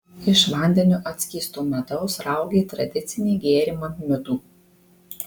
iš vandeniu atskiesto medaus raugė tradicinį gėrimą midų